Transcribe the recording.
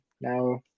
now